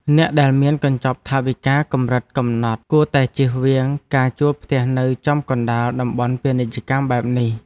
អ្នកដែលមានកញ្ចប់ថវិកាកម្រិតកំណត់គួរតែជៀសវាងការជួលផ្ទះនៅចំកណ្តាលតំបន់ពាណិជ្ជកម្មបែបនេះ។